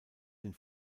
den